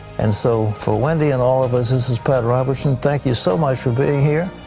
and so for wendy and all of us, this is pat robertson. thank you so much for being here.